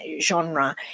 genre